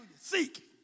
Seek